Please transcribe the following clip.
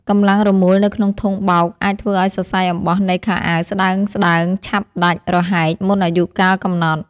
កម្លាំងរមួលនៅក្នុងធុងបោកអាចធ្វើឱ្យសរសៃអំបោះនៃខោអាវស្តើងៗឆាប់ដាច់រហែកមុនអាយុកាលកំណត់។